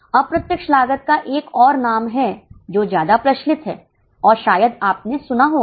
अप्रत्यक्ष लागत का एक और नाम है जो ज्यादा प्रचलित है और शायद आपने सुना होगा